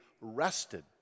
rested